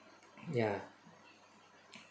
ya